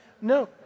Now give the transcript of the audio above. No